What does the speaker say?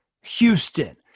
Houston